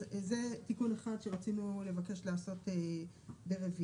אז זה תיקון אחד שרצינו לבקש לעשות ברוויזיה.